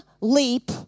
leap